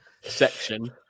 section